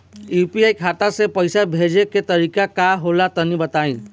UPI खाता से पइसा भेजे के तरीका का होला तनि बताईं?